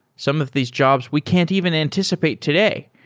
some of these jobs we can't even anticipate today.